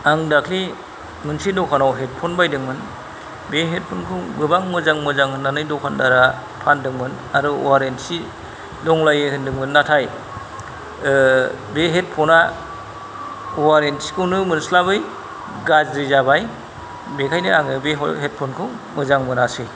आं दाखोलि मोनसे दखानाव हेडफन बायदोंमोन बे हेडफनखौ गोबां मोजां मोजां होननानै दखानदारा फानदोंमोन आरो वारेन्थि दंलायो होनदोंमोन नाथाय बे हेडफना वारेन्टिखौनो मोनस्लाबै गाज्रि जाबाय बेखायनो आङो बे हेडफनखौ मोजां मोनासै